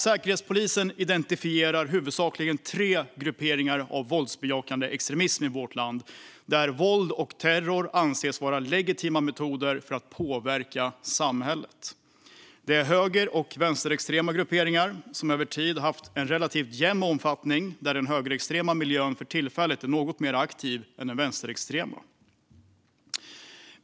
Säkerhetspolisen identifierar tre huvudsakliga grupperingar av våldsbejakande extremism i vårt land, där våld och terror anses vara legitima metoder för att påverka samhället. Det är höger och vänsterextrema grupperingar, som över tid har haft en relativt jämn omfattning även om den högerextrema miljön för tillfället är något mer aktiv än den vänsterextrema.